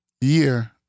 year